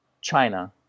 china